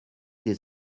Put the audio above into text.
des